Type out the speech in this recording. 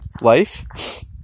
life